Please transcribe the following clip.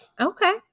Okay